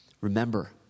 Remember